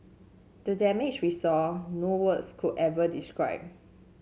the damage we saw no words could ever describe